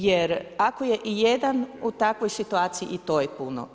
Jer ako je ijedan u takvoj situaciji i to je puno.